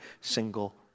single